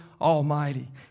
Almighty